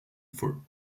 for